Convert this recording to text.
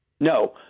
No